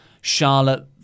charlotte